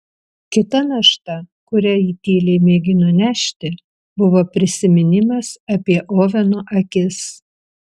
kita našta kurią ji tyliai mėgino nešti buvo prisiminimas apie oveno akis